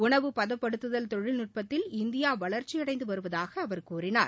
உணவுப்பதப்படுத்துதல் தொழில்நுட்பத்தில் இந்தியா வளர்ச்சியடைந்து வருவதாக அவர் கூறினார்